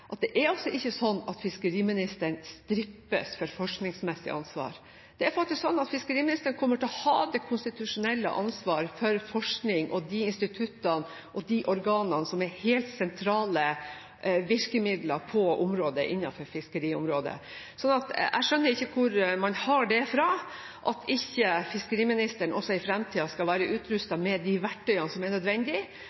at det er altså ikke sånn at fiskeriministeren «strippes» for forskningsmessig ansvar. Det er faktisk sånn at fiskeriministeren kommer til å ha det konstitusjonelle ansvaret for forskning, for de instituttene og for de organene som er helt sentrale virkemidler på området innenfor fiskeriområdet. Så jeg skjønner ikke hvor man har det fra at ikke fiskeriministeren også i fremtiden skal være